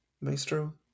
maestro